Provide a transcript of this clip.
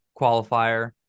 qualifier